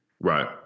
Right